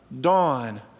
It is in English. dawn